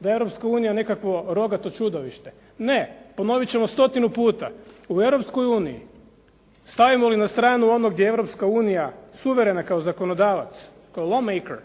da je Europska unija nekakvo rogato čudovište. Ne, ponovit ćemo stotinu puta. U Europskoj uniji, stavimo li na stranu gdje je Europska unija suverena kao zakonodavac, kao law maker